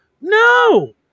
No